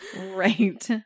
right